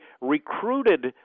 recruited